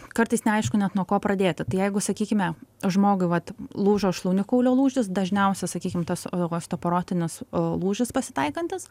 kartais neaišku net nuo ko pradėti tai jeigu sakykime žmogui vat lūžo šlaunikaulio lūžis dažniausiai sakykim tas osteoparotinis lūžis pasitaikantis